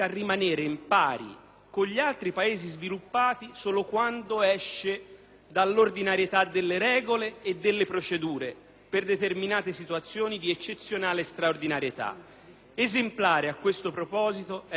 dall'ordinarietà delle regole e delle procedure per determinate situazioni di eccezionale straordinarietà. Esemplare a questo proposito è l'esperienza maturata in questi anni dalla Protezione civile, ormai considerata